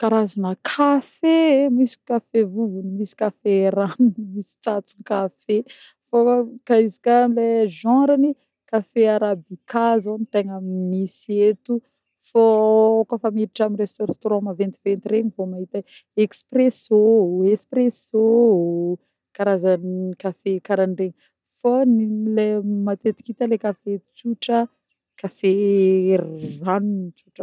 Karazagna kafe: misy kafe vovogny, misy kafe ranony, misy tsatson-kafe fô ka izy koà amin'le genre-ny kafe arabicca zô ny tegna misy eto fô kôfa miditra amin'ny restaurant maventiventy regny vô mahita expresso, espresso karazagna kafe kara an'iregny fô nin'le matetiky hita le kafe tsotra, kafe r-r-ranony tsotra fogna.